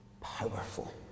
powerful